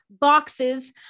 boxes